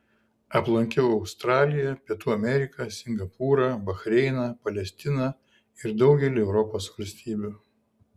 aplankiau australiją pietų ameriką singapūrą bahreiną palestiną ir daugelį europos valstybių